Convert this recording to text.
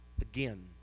again